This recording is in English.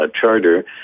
charter